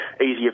easier